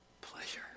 pleasure